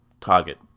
target